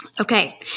Okay